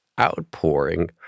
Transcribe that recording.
outpouring